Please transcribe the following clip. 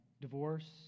divorce